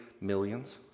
millions